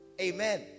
Amen